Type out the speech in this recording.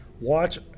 Watch